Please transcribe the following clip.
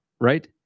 right